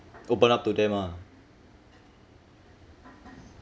open up to them ah